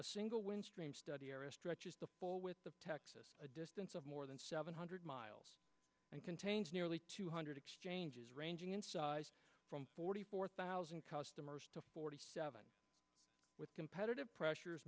a single windstream study area stretches before with the texas a distance of more than seven hundred miles and contains nearly two hundred exchanges ranging in size from forty four thousand customers to forty seven with competitive pressures